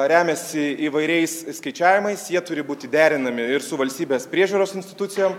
remiasi įvairiais skaičiavimais jie turi būti derinami ir su valstybės priežiūros institucijom